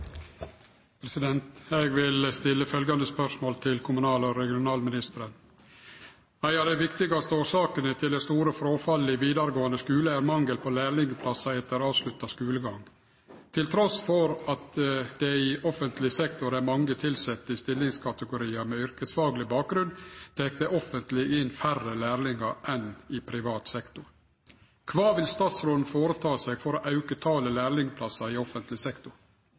lærlingplasser. Eg vil stille følgjande spørsmål til kommunal- og regionalministeren: «Ei av dei viktigaste årsakene til det store fråfallet i vidaregåande skule er mangel på lærlingplassar etter avslutta skulegang. Trass i at det i offentleg sektor er mange tilsette i stillingskategoriar med yrkesfagleg bakgrunn, tek det offentlege inn færre lærlingar enn i privat sektor. Kva vil statsråden foreta seg for å auke talet på lærlingplassar i offentleg sektor?»